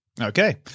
Okay